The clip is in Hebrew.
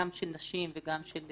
גם של נשים וגם של